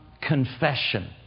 confession